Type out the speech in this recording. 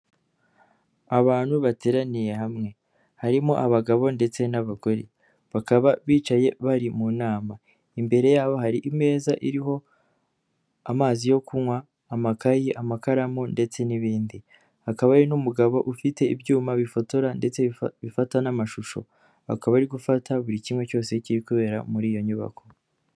Abantu bateraniye hamwe harimo abagabo ndetse n'abagore bakaba bicaye bari mu nama, imbere yabo hari imeza iriho amazi yo kunywa, amakayi, amakaramu ndetse n'ibindi, hakaba hari n'umugabo ufite ibyuma bifotora ndetse bifata n'amashusho akaba ari gufata buri kimwe cyose kiri kubera muri iyo nyubako.